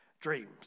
Dreams